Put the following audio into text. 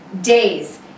days